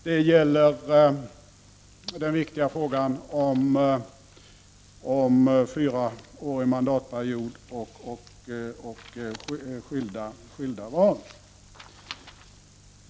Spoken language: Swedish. Det gäller den viktiga frågan om en fyraårig mandatperiod och skilda val.